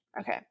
Okay